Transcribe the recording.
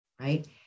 right